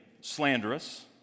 slanderous